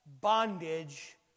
bondage